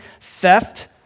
theft